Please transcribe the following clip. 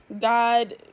God